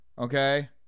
Okay